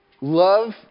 Love